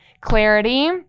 clarity